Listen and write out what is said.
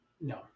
No